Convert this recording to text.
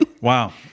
Wow